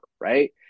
right